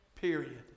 period